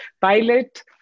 pilot